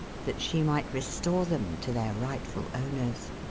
that she might restore them to their rightful owners.